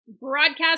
Broadcast